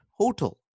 total